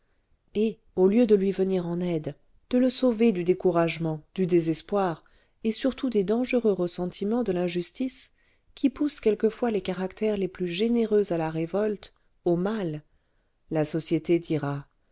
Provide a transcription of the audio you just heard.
et au lieu de lui venir en aide de le sauver du découragement du désespoir et surtout des dangereux ressentiments de l'injustice qui poussent quelquefois les caractères les plus généreux à la révolte au mal la société dira